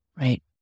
Right